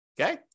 Okay